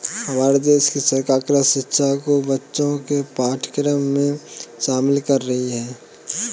हमारे देश की सरकार कृषि शिक्षा को बच्चों के पाठ्यक्रम में शामिल कर रही है